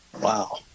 Wow